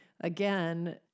again